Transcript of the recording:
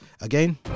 again